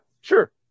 sure